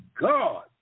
god